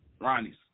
Ronnie's